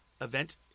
event